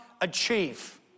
achieve